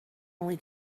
only